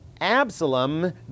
Absalom